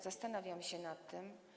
Zastanawiam się nad tym.